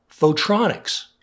Photronics